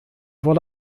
wurde